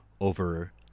over